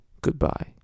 Goodbye